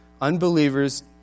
Unbelievers